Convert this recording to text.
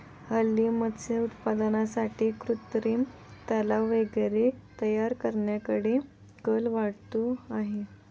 हल्ली मत्स्य उत्पादनासाठी कृत्रिम तलाव वगैरे तयार करण्याकडे कल वाढतो आहे